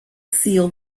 seal